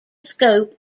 scope